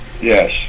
Yes